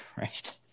Right